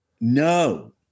no